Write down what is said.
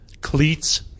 Cleats